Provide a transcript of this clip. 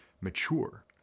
mature